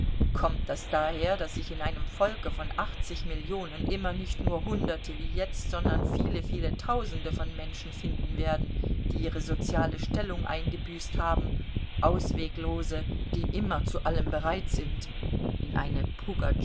kommt das daher daß sich in einem volke von achtzig millionen immer nicht nur hunderte wie jetzt sondern viele viele tausende von menschen finden werden die ihre soziale stellung eingebüßt haben ausweglose die immer zu allem bereit sind in eine